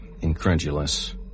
incredulous